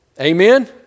Amen